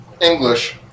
English